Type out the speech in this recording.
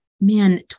man